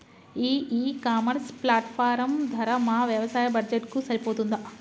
ఈ e commerce platform ధర మా వ్యవసాయ బడ్జెట్ కు సరిపోతుందా?